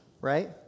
right